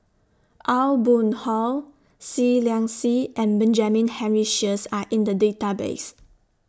Aw Boon Haw Seah Liang Seah and Benjamin Henry Sheares Are in The Database